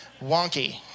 wonky